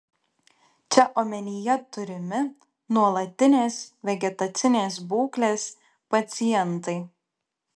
čia omenyje turimi nuolatinės vegetacinės būklės pacientai